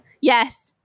Yes